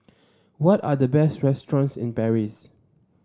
what are the best restaurants in Paris